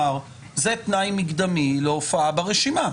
לומר שזה תנאי מקדמי להופעה ברשימה.